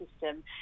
system